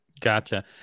Gotcha